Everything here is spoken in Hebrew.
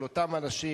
של אותם אנשים